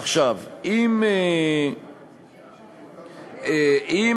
עכשיו, אם